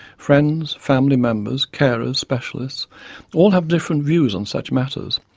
friends, family members, carers, specialists all have different views on such matters.